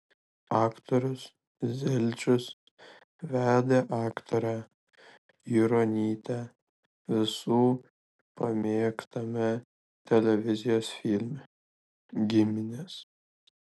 aktorius zelčius vedė aktorę juronytę visų pamėgtame televizijos filme giminės